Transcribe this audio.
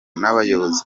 n’abayobozi